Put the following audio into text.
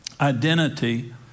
identity